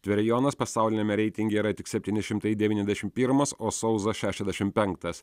tverijonas pasauliniame reitinge yra tik septyni šimtai devyniasdešimt pirmas o sauzas šešiasdešimt penktas